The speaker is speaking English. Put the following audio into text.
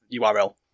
URL